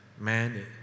man